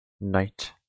Knight